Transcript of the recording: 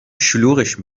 شلوغش